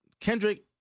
Kendrick